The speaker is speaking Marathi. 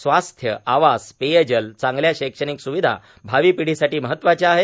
स्वास्थ आवास पेयजल चांगल्या शैक्षणिक स्विधा भावी पिढीसाठी महत्वाच्या आहेत